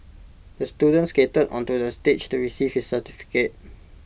the student skated onto the stage to receive his certificate